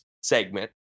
segment